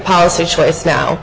policy choice now